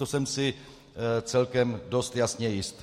To jsem si celkem dost jasně jist.